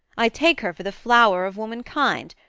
i take her for the flower of womankind,